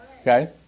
okay